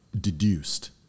deduced